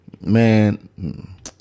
Man